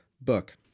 book